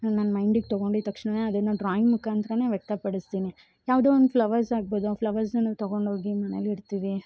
ನಾನು ಮೈಂಡ್ಗೆ ತೊಗೊಂಡಿದ್ದು ತಕ್ಷಣನೇ ಅದನ್ನ ಡ್ರಾಯಿಂಗ್ ಮುಖಾಂತ್ರನೇ ವ್ಯಕ್ತ ಪಡಿಸ್ತೀನಿ ಯಾವುದೋ ಒಂದು ಫ್ಲವರ್ಸ್ ಆಗ್ಬೋದು ಆ ಫ್ಲವರ್ಸ್ನ ನಾವು ತೊಗೊಂಡೋಗಿ ಮನೆಲಿ ಇಡ್ತೀವಿ